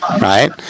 right